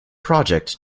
project